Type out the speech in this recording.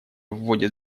вводит